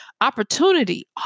Opportunity